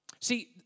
See